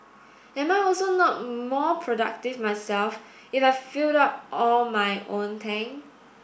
am I also not more productive myself if I filled up all my own tank